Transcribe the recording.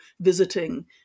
visiting